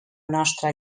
nostra